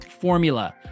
Formula